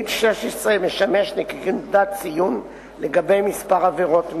גיל 16 משמש כעמדת ציון לגבי כמה עבירות מין,